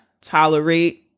tolerate